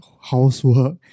housework